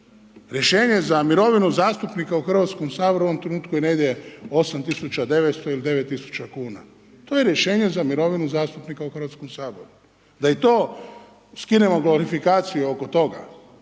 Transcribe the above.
Rješenje za mirovinu zastupnika u Hrvatskom saboru u ovom trenutku je negdje 8 900 ili 9 000 kuna, to je rješenje za mirovinu zastupnika u Hrvatskom saboru, da i to skinemo glorifikaciju oko toga.